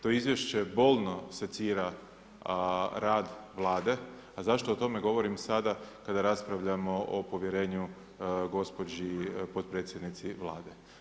To izvješće bolno secira rad Vlade, a zašto o tome govorim sada kada raspravljamo o povjerenju gospođi potpredsjednici Vlade.